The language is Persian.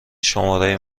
شماره